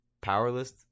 Powerless